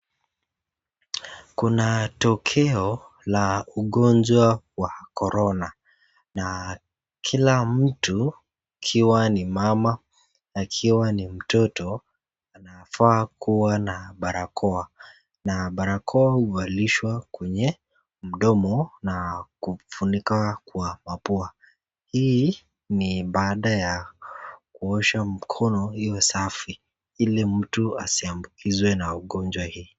Kuna tokeo la ugonjwa wa Korona na kila mtu akiwa ni mama, akiwa ni mtoto anafaa kuwa na barakoa. Na barakoa huvalishwa kwenye mdomo na kufunika kwa mapua. Hii ni baada ya kuosha mkono iwe safi ili mtu asiambukizwe na ugonjwa hii.